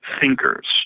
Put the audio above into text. thinkers